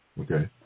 Okay